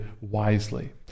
wisely